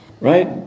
right